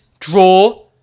Draw